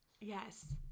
Yes